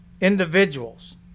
individuals